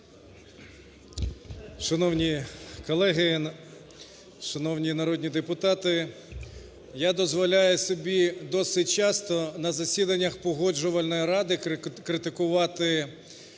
Шановні колеги, шановні народні депутати! Я дозволяю собі досить часто на засіданнях Погоджувальної ради критикувати